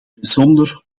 bijzonder